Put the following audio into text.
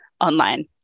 online